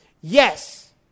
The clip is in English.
Yes